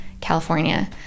California